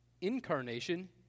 incarnation